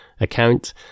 account